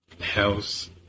house